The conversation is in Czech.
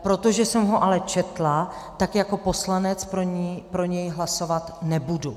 Protože jsem ho ale četla, tak jako poslanec pro něj hlasovat nebudu.